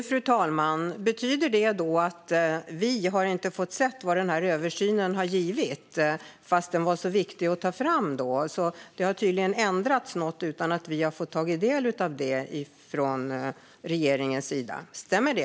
Fru talman! Betyder det då att vi inte har fått se vad den här översynen har givit, fast den var så viktig att ta fram? Det har tydligen ändrats något utan att regeringen låtit oss ta del av det. Stämmer det?